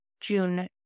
June